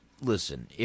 listen